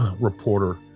reporter